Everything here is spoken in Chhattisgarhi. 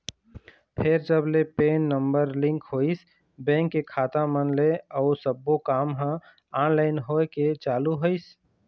फेर जब ले पेन नंबर लिंक होइस बेंक के खाता मन ले अउ सब्बो काम ह ऑनलाइन होय के चालू होइस